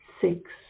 six